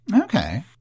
Okay